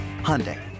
Hyundai